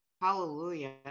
Hallelujah